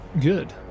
good